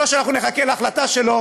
לא שאנחנו נחכה להחלטה שלו,